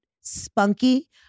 spunky